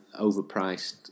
overpriced